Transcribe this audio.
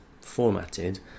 formatted